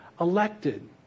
elected